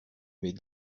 m’est